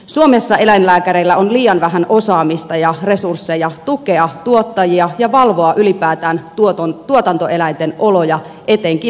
suomessa eläinlääkäreillä on liian vähän osaamista ja resursseja tukea tuottajia ja valvoa ylipäätään tuotantoeläinten oloja etenkin turkiseläinten